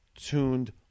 tuned